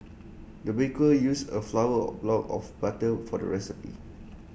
the baker used A flower block of butter for the recipe